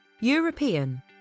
european